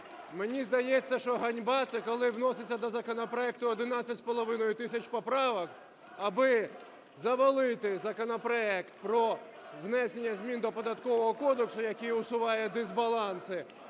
Мені здається, що ганьба – це коли вноситься до законопроекту 11,5 тисяч поправок, аби завалити законопроект про внесення змін до Податкового кодексу, який усуває дисбаланси